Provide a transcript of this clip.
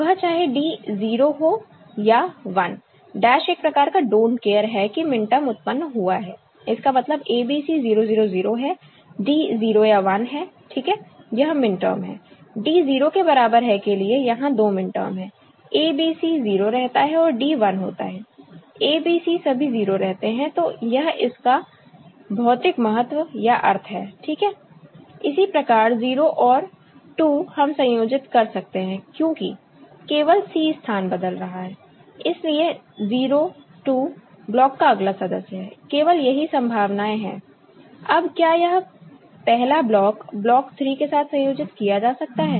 वह चाहे D 0 हो या 1 डैश एक प्रकार का डोंट केयर है कि मिनटर्म उत्पन्न हुआ है इसका मतलब A B C 0 0 0 है D 0 या 1 है ठीक है यह मिनटर्म है D 0 के बराबर है के लिए यहां दो मिनटर्म हैं A B C 0 रहता है और D 1 होता है A B C सभी 0 रहते हैं तो यह इसका भौतिक महत्व या अर्थ है ठीक है इसी प्रकार 0 और 2 हम संयोजित कर सकते हैं क्योंकि केवल C स्थान बदल रहा है इसलिए 0 2 ब्लॉक का अगला सदस्य है केवल यही संभावनाएं हैं अब क्या यह पहला ब्लॉक ब्लॉक 3 के साथ संयोजित किया जा सकता है